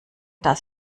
das